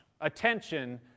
attention